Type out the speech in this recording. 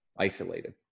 isolated